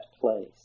place